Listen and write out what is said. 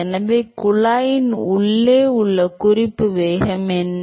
எனவே குழாயின் உள்ளே உள்ள குறிப்பு வேகம் என்ன